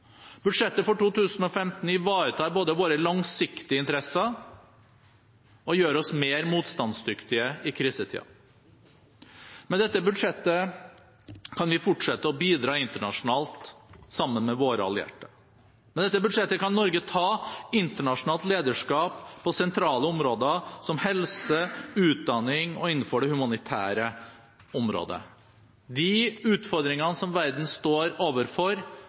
Budsjettet for 2015 ivaretar våre langsiktige interesser og gjør oss mer motstandsdyktige i krisetider. Med dette budsjettet kan vi fortsette å bidra internasjonalt sammen med våre allierte. Med dette budsjettet kan Norge ta internasjonalt lederskap på sentrale områder, som helse, utdanning og innenfor det humanitære området. De utfordringene som verden står overfor